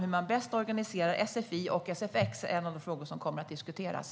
Hur man bäst organiserar sfi och sfx är en av de frågor som kommer att diskuteras.